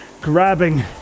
grabbing